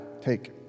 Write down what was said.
take